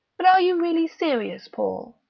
but are you really serious, paul?